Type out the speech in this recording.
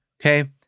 Okay